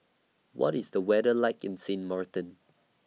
What IS The weather like in Sint Maarten